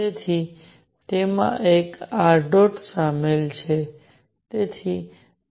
તેથી તેમાં એક ṙ સામેલ છે